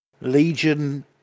legion